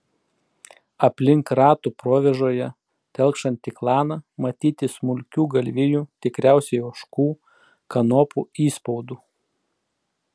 aplink ratų provėžoje telkšantį klaną matyti smulkių galvijų tikriausiai ožkų kanopų įspaudų